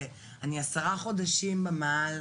ואני עשרה חודשים במאהל,